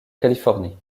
californie